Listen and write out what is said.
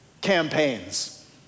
campaigns